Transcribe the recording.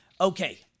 Okay